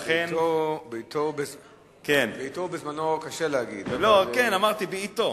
בעתו, בזמנו, קשה להגיד, אבל, כן, אמרתי: בעתו.